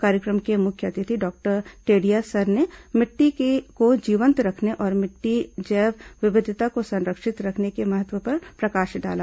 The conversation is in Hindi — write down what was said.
कार्यक्रम के मुख्य अतिथि डॉक्टर टेडिया सर ने मिट्टी को जीवंत रखने और मिट्टी जैव विविधता को संरक्षित रखने के महत्व पर प्रकाश डाला